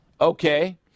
okay